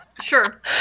Sure